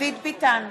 דוד ביטן,